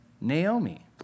Naomi